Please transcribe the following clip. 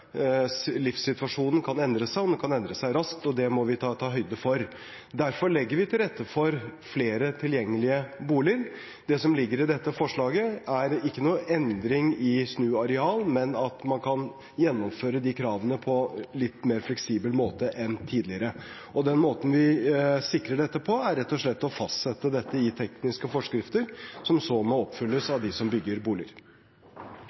Livssituasjonen kan endre seg, og den kan endre seg raskt. Det må vi ta høyde for. Derfor legger vi til rette for flere tilgjengelige boliger. Det som ligger i dette forslaget, er ikke en endring i snuareal, men at man kan gjennomføre disse kravene på en litt mer fleksibel måte enn tidligere. Og måten vi sikrer dette på, er rett og slett å fastsette dette i tekniske forskrifter, som så må oppfylles av dem som bygger boliger.